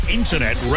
internet